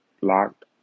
locked